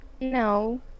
No